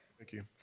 thank you.